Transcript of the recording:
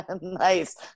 Nice